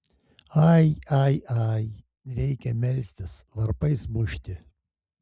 ai ai ai reikia melstis varpais mušti